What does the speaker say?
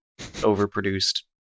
overproduced